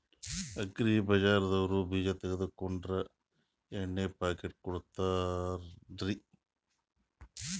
Agri ಬಜಾರದವ್ರು ಬೀಜ ತೊಗೊಂಡ್ರ ಎಣ್ಣಿ ಪುಕ್ಕಟ ಕೋಡತಾರೆನ್ರಿ?